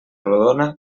rodona